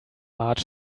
marge